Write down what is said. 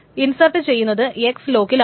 insert ചെയ്യുന്നത് x ലോക്കിലാണ്